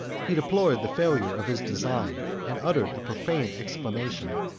he deplored the failure of his design and uttered a profane exclamation,